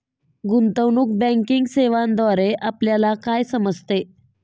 गुंतवणूक बँकिंग सेवांद्वारे आपल्याला काय समजते?